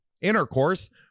intercourse